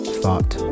thought